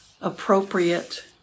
appropriate